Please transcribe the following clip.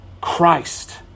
Christ